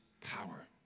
power